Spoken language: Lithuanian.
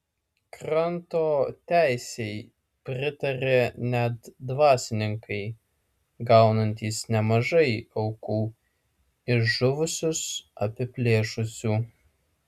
kranto teisei pritarė net dvasininkai gaunantys nemažai aukų iš žuvusius apiplėšusių